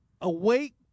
Awake